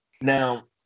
now